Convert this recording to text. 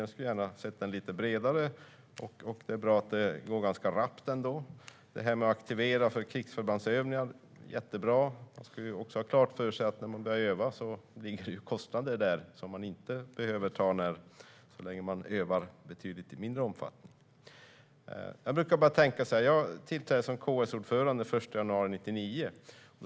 Jag skulle gärna bredda den lite, men det är bra att den går ganska rappt. Att aktivera krigsförbandsövningar är jättebra. Man ska dock ha klart för sig att när man börjar öva blir det kostnader som man inte behöver ta så länge man övar i betydligt mindre omfattning. Jag brukar tänka så här: Jag tillträdde som kommunstyrelseordförande den 1 januari 1999.